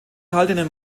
erhaltenen